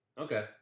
Okay